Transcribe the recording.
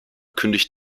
kündigt